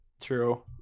True